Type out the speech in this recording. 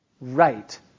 right